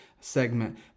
segment